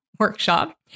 Workshop